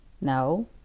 No